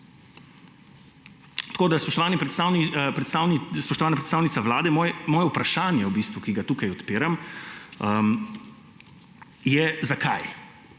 Tako, spoštovana predstavnica Vlade, moje vprašanje, ki ga tu odpiram, je, zakaj.